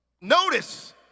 Notice